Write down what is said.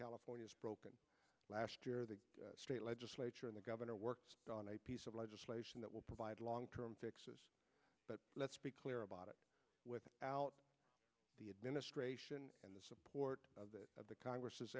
california is broken last year the state legislature and the governor work on a piece of legislation that will provide long term fixes but let's be clear about it without the administration and the support of the congress